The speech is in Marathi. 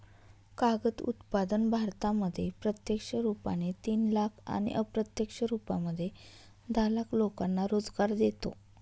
कागद उत्पादन भारतामध्ये प्रत्यक्ष रुपाने तीन लाख आणि अप्रत्यक्ष रूपामध्ये दहा लाख लोकांना रोजगार देतो